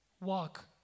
walk